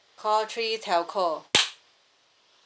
call three telco